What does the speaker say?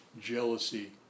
jealousy